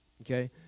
okay